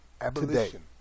Abolition